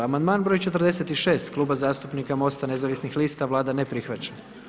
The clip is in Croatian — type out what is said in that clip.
Amandman broj 46 Kluba zastupnika Mosta nezavisnih lista, Vlada ne prihvaća.